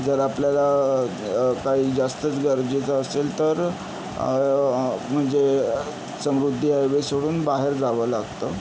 जर आपल्याला काही जास्तच गरजेचं असेल तर म्हणजे समृद्धी हायवे सोडून बाहेर जावं लागतं